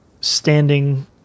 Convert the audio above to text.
standing